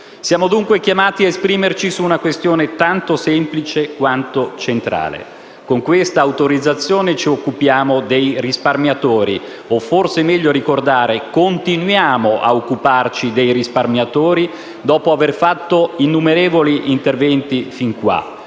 Siamo dunque chiamati ad esprimerci su una questione tanto semplice quanto centrale: con questa autorizzazione ci occupiamo dei risparmiatori o - forse è meglio ricordarlo - continuiamo a occuparci dei risparmiatori dopo averlo fatto con innumerevoli interventi fino ad